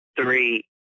three